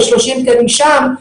30 תקנים שם,